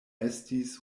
estis